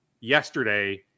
yesterday